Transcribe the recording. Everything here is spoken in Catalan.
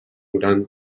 gran